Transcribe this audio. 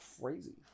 crazy